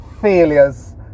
failures